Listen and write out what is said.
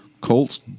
Colts